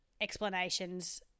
explanations